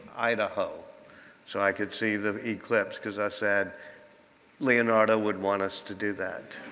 idaho so i could see the eclipse. because i said leonardo would want us to do that.